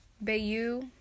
Bayou